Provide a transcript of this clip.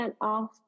off